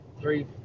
three